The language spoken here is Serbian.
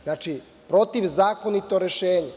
Znači, protivzakonito rešenje.